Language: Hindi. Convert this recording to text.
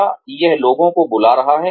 क्या यह लोगों को बुला रहा है